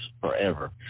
forever